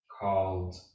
called